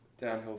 Downhill